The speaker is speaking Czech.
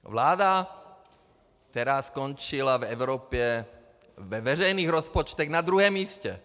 Vláda, která skončila v Evropě ve veřejných rozpočtech na druhém místě.